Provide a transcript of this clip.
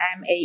MA